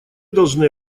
должны